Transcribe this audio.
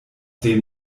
dem